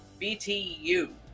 BTU